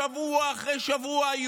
שבוע אחרי שבוע,